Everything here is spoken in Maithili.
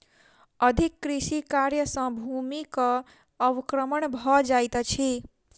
अधिक कृषि कार्य सॅ भूमिक अवक्रमण भ जाइत अछि